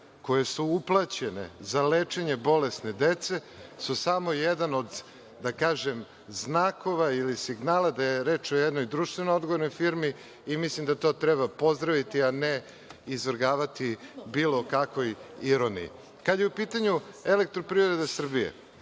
koji su uplaćeni za lečenje bolesne dece su samo jedan od, da kažem, znakova ili signala da je reč o jednoj društveno odgovornoj firmi i mislim da to treba pozdraviti, a ne izvrgavati bilo kakvoj ironiji. Kada je u pitanju „Elektroprivreda Srbije“,